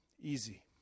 easy